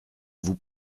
vous